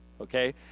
Okay